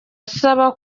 asaba